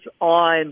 on